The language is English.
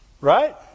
Right